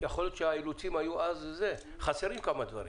יכול להיות שהאילוצים היו אז חסרים כמה דברים.